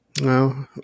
No